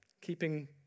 keeping